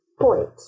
point